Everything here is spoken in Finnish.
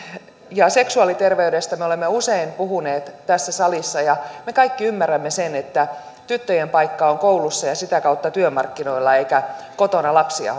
ja seksuaaliterveydestä me olemme usein puhuneet tässä salissa ja me kaikki ymmärrämme sen että tyttöjen paikka on koulussa ja ja sitä kautta työmarkkinoilla eikä kotona lapsia